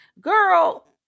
girl